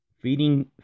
Feeding